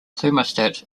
thermostat